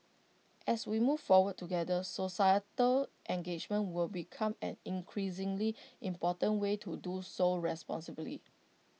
as we move forward together societal engagement will become an increasingly important way to do so responsibly